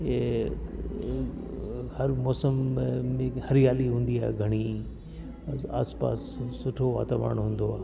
ए अ हर मौसम में हरियाली हूंदी आहे घणी आस पास में सुठो वातावरण हूंदो आहे